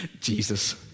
Jesus